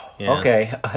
Okay